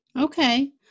Okay